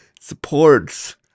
supports